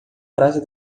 praça